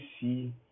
see